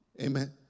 Amen